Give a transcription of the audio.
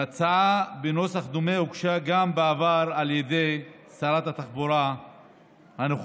והצעה בנוסח דומה הוגשה בעבר גם על ידי שרת התחבורה הנוכחית.